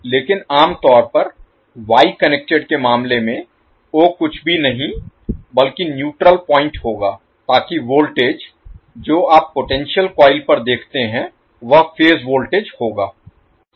लेकिन आम तौर पर वाई कनेक्टेड के मामले में ओ कुछ भी नहीं बल्कि न्यूट्रल पॉइंट होगा ताकि वोल्टेज जो आप पोटेंशियल कॉइल पर देखते हैं वह फेज वोल्टेज होगा